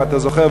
אם אתה זוכר,